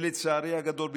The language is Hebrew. לצערי הגדול,